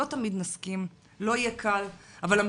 לא תמיד נסכים,